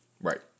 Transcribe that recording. Right